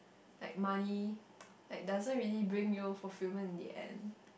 like money like doesn't really bring you fulfilment in the end